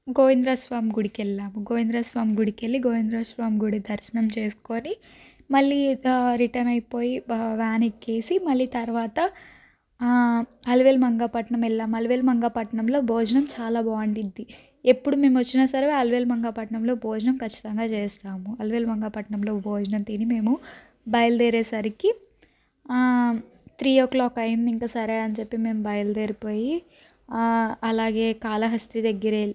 గోవిందరాజ స్వామి గుడికి వెళ్ళాము గోవిందరా స్వామి గుడికి వెళ్ళి గోవిందరాజ స్వామి గుడి దర్శనం చేసుకుని మళ్ళీ ఇంకా రిటర్న్ అయిపోయి బ వ్యాన్ ఎక్కేసి మళ్ళీ తర్వాత అలివేలు మంగపట్నం వెళ్ళాం అలివేలు మంగపట్నంలో భోజనం చాలా బాగుండుద్ది ఎప్పుడు మేము వచ్చినా సరే అలివేలు మంగాపట్నంలో భోజనం ఖచ్చితంగా చేస్తాము అలివేలు మంగపట్నంలో భోజనం తిని మేము బయలుదేరేసరికి త్రీ ఓ క్లాక్ అయింది ఇంకా సరే అని చెప్పి మేము బయలుదేరిపోయి అలాగే కాళహస్తి దగ్గర